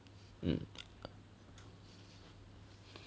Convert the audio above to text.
mm